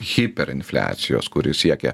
hiperinfliacijos kuri siekė